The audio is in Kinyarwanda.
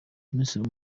minisiteri